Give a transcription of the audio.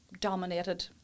dominated